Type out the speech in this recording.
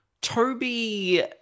Toby